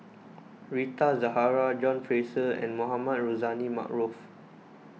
Rita Zahara John Fraser and Mohamed Rozani Maarof